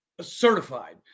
certified